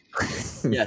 yes